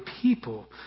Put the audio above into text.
people